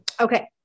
Okay